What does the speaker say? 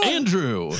Andrew